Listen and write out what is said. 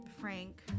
Frank